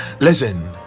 listen